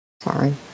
Sorry